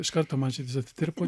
iš karto man širdis atitirpo